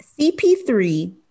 CP3